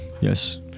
Yes